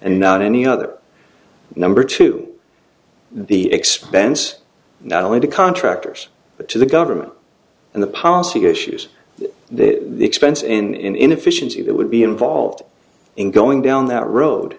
and not any other number to the expense not only to contractors but to the government and the policy issues that the expense and inefficiency that would be involved in going down that road